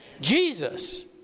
Jesus